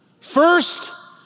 first